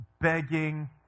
begging